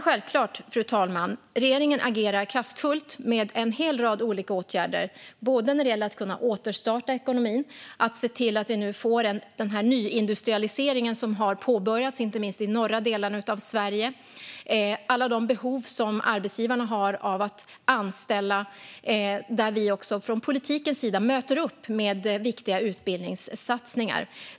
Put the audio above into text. Självklart, fru talman, agerar regeringen kraftfullt med en hel rad olika åtgärder både när det gäller att kunna återstarta ekonomin och att se till att vi får den nyindustrialisering som har påbörjats, inte minst i norra delarna av Sverige. Det handlar om alla de behov som arbetsgivarna har av att anställa och där vi från politikens sida möter upp med viktiga utbildningssatsningar.